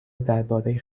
درباره